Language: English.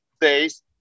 days